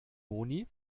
moni